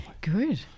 Good